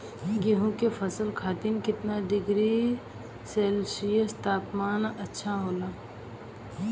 गेहूँ के फसल खातीर कितना डिग्री सेल्सीयस तापमान अच्छा होला?